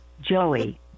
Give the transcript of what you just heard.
Joey